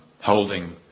holding